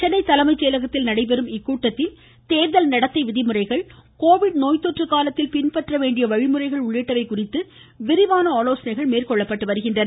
சென்னை தலைமை செயலகத்தில் நடைபெறும் இந்த கூட்டத்தில் தேர்தல் நடத்தை விதிமுறைகள் கோவிட் நோய் தொற்று காலத்தில் பின்பற்ற வேண்டிய வழிமுறைகள் உள்ளிட்டவைகள் குறித்து விரிவான மேற்கொள்ளப்பட்டு வருகின்றன